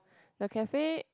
the cafe